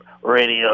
Radio